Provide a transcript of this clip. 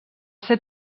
ser